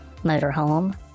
motorhome